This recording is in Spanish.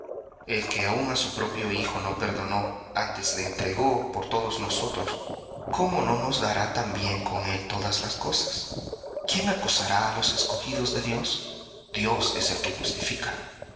el que aun á su propio hijo no perdonó antes le entregó por todos nosotros cómo no nos dará también con él todas las cosas quién acusará á los escogidos de dios dios es el que justifica